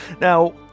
Now